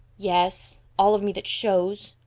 yes all of me that shows,